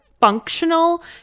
functional